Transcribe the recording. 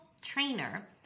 trainer